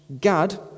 Gad